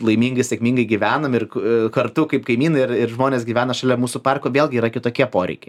laimingai ir sėkmingai gyvenam ir kartu kaip kaimynai ir žmonės gyvena šalia mūsų parko vėlgi yra kitokie poreikiai